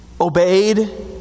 obeyed